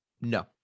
No